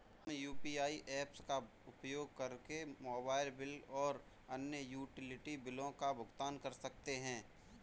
हम UPI apps का उपयोग करके मोबाइल बिल और अन्य यूटिलिटी बिलों का भुगतान कर सकते हैं